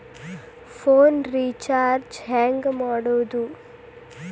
Phone recharge ಹೆಂಗೆ ಮಾಡೋದು?